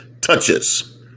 touches